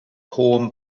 hohem